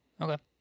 Okay